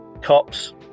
cops